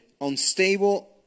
unstable